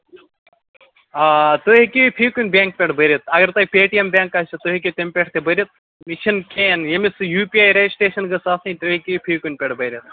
آ آ تُہۍ ہٮ۪کِو یہِ فی کُنہِ بینک پٮ۪ٹھ بٔرِتھ اَگر تۄہہِ پے ٹی ایم بینک آسیو تہۍ ہٮ۪کِو تَمہِ پٮ۪ٹھ تہِ بٔرِتھ یہِ چھُنہٕ کِہیٖنۍ ییٚمِس نہٕ یوٗ پی آی ریجسٹریشن گژھِ آسٕنۍ تُہۍ ہٮ۪کِو یہِ فی کُنہِ پٮ۪ٹھ بٔرِتھ